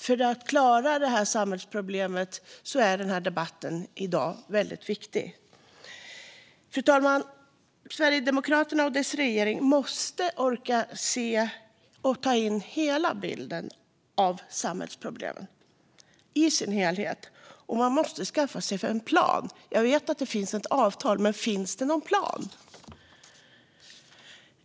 För att lösa det här samhällsproblemet behövs vuxenutbildningen. Därför är debatten vi har i dag väldigt viktig. Fru talman! Sverigedemokraterna och deras regering måste orka ta in hela bilden och se samhällsproblemen i dess helhet, och man måste skaffa sig en plan. Jag vet att det finns ett avtal, men finns det någon plan?